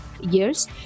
years